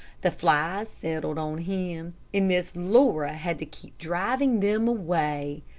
the flies settled on him, and miss laura had to keep driving them away.